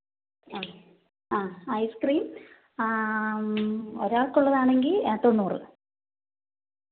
ആ അ ice cream ഒരാൾക്കുള്ളതാണെങ്കിൽ തൊണ്ണൂറ്